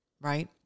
right